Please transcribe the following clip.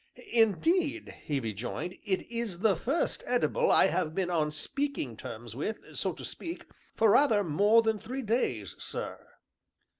indeed! he rejoined, it is the first edible i have been on speaking terms with, so to speak, for rather more than three days, sir.